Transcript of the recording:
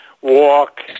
walk